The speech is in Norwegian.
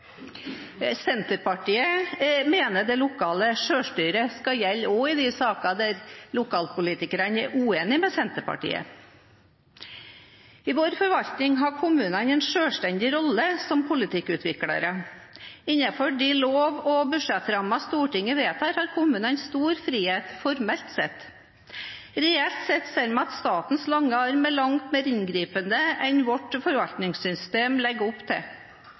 Senterpartiet mener det lokale selvstyret skal gjelde også i de sakene der lokalpolitikerne er uenige med Senterpartiet. I vår forvaltning har kommunene en selvstendig rolle som politikkutviklere. Innenfor de lov- og budsjettrammer Stortinget vedtar, har kommunene stor frihet – formelt sett. Reelt sett ser vi at statens arm er langt mer inngripende enn det vårt forvaltningssystem legger opp til.